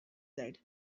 that